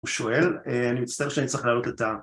הוא שואל, אני מצטער שאני צריך להעלות את ה...